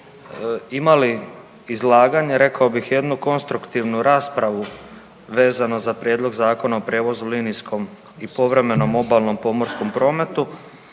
imali izlaganje rekao bih jednu konstruktivnu raspravu vezano za prijedlog Zakona o prijevoz u linijskom i povremenom obalnom pomorskom prometu,